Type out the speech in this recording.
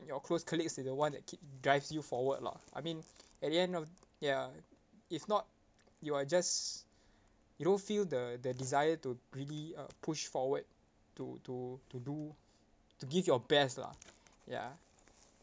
your close colleagues is the one that keep drives you forward lah I mean at the end of ya if not you are just you don't feel the the desire to really uh push forward to to to do to give your best lah ya